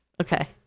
okay